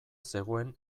zegoen